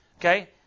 Okay